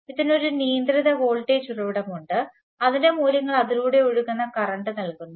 ഇതിന് ഒരു നിയന്ത്രിത വോൾട്ടേജ് ഉറവിടമുണ്ട് അതിന്റെ മൂല്യങ്ങൾ അതിലൂടെ ഒഴുകുന്ന കറന്റ് നൽകുന്നു